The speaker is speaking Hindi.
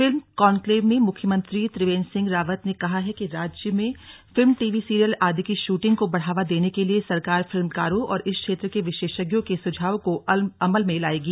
फिल्म कॉन्क्लेव में मुख्यमंत्री त्रिवेंद्र सिंह रावत ने कहा कि राज्य में फिल्म टीवी सीरियल आदि की शूटिंग को बढ़ावा देने के लिए सरकार फिल्मकारों और इस क्षेत्र के विशेषज्ञों के सुझावों को अमल में लाएगी